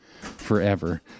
forever